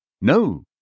No